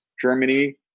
Germany